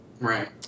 Right